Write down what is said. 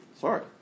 sorry